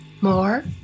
More